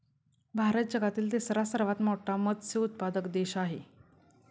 भारत जगातील तिसरा सर्वात मोठा मत्स्य उत्पादक देश आहे